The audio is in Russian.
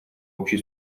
общей